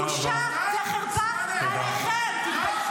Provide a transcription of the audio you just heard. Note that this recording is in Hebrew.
בושה וחרפה עליכם.